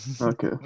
Okay